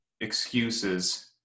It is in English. excuses